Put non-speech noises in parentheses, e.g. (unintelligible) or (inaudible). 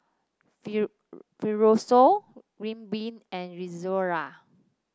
(unintelligible) Fibrosol Ridwind and Rzerra